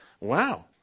Wow